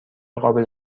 قابل